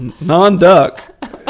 non-duck